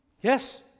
Yes